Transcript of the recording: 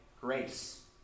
grace